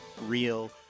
Real